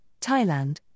Thailand